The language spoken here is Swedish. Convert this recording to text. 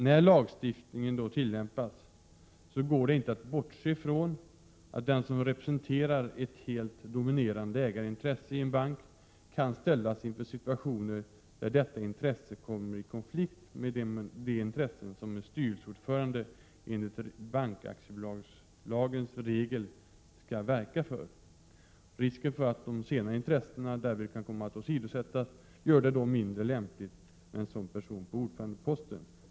När lagstiftningen då tillämpas går det inte att bortse från att den som representerar ett helt dominerande ägarintresse i en bank kan ställas inför situationer där detta intresse kommer i konflikt med de intressen som en styrelseordförande enligt bankaktiebolagslagens regler skall verka för. Risken för att de senare intressena därvid kan komma att åsidosättas gör det mindre lämpligt med en sådan person på ordförandeposten.